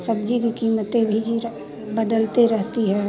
सब्जी की कीमतें भी जीरा बदलते रहती हैं